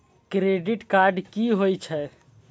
Credit card की होई छै?